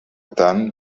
tant